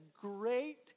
great